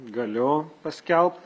galiu paskelbt